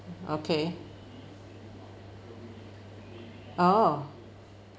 okay oh